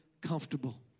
comfortable